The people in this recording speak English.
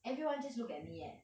everyone just look at me eh